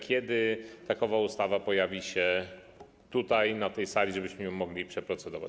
Kiedy takowa ustawa pojawi się tutaj, na tej sali, żebyśmy ją mogli przeprocedować.